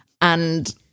and-